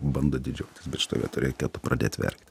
bando didžiuotis bet šitoj vietoj reikėtų pradėt verkt